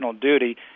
duty